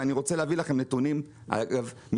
ואני רוצה להביא לכם נתונים מתוך